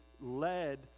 led